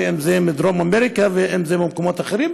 אם זה מדרום אמריקה ואם זה ממקומות אחרים,